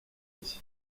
iye